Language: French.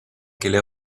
quelle